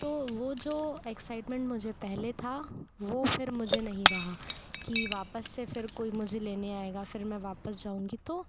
तो वह जो एक्साइटमेंट मुझे पहले था वह फिर मुझे नहीं रहा कि वापस से फिर कोई मुझे लेने आएगा फिर मैं वापस जाऊँगी तो